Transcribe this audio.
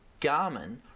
Garmin